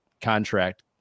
contract